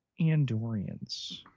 Andorians